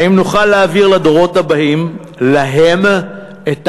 האם נוכל להעביר לדורות הבאים, להם, זה בטוח.